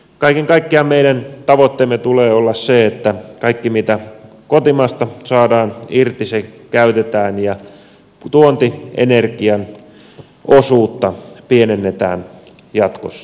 kaiken kaikkiaan meidän tavoitteemme tulee olla se että kaikki mitä kotimaasta saadaan irti käytetään ja tuontienergian osuutta pienennetään jatkossa